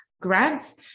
grants